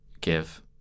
give